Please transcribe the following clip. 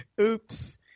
Oops